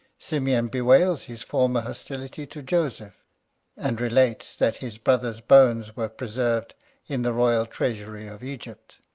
simeon bewails his former hostility to joseph and relates, that his brother's bones were preserved in the royal treasury of egypt.